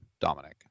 Dominic